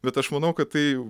bet aš manau kad tai